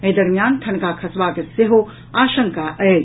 एहि दरमियान ठनका खसबाक सेहो आशंका अछि